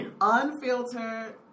unfiltered